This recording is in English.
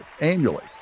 annually